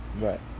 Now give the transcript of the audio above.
Right